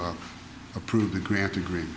approve the grant agree